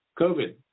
COVID